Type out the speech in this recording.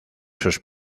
sus